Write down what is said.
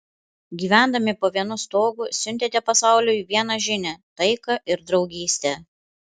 gyvendami po vienu stogu siuntėte pasauliui vieną žinią taiką ir draugystę